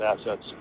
assets